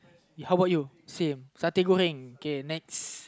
how about you same K next